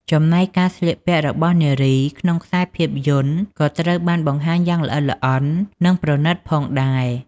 ចំណែកការស្លៀកពាក់របស់នារី ក្នុងខ្សែភាពយន្តក៏ត្រូវបានបង្ហាញយ៉ាងល្អិតល្អន់ និងប្រណីតផងដែរ។